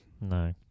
no